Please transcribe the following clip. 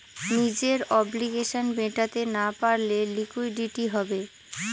নিজের অব্লিগেশনস মেটাতে না পারলে লিকুইডিটি হবে